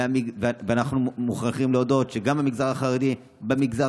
אנחנו מוכרחים להודות שגם במגזר החרדי וגם במגזר